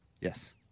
Yes